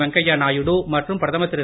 வெங்கையா நாயுடு மற்றும் பிரதமர் திரு